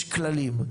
יש כללים,